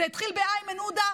זה התחיל באיימן עודה,